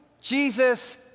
Jesus